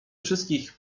wszystkich